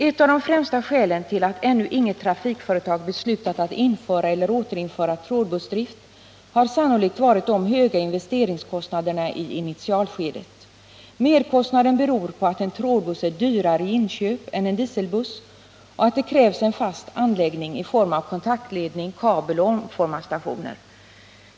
Ett av de främsta skälen till att ännu inget trafikföretag beslutat att införa eller återinföra trådbussdrift har sannolikt varit de höga investeringskostnaderna i initialskedet. Merkostnaderna beror på att en trådbuss är dyrare i inköp än en dieselbuss och att det krävs en fast anläggning i form av upptagningsledning, kabel och omformarstation.